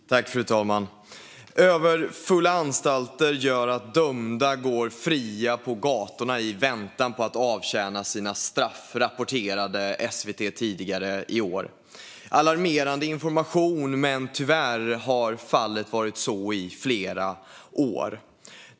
Fru talman! Överfulla anstalter gör att dömda går fria på gatorna i väntan på att avtjäna sina straff, rapporterade SVT tidigare i år. Det är alarmerande information, men tyvärr har fallet varit så i flera år. "Överfulla anstalter gör att dömda går fria på gatorna i väntan på att avtjäna sina straff, rapporterade SVT tidigare i år. Alarmerande information, men tyvärr har så varit fallet i flera år.